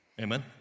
Amen